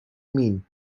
mean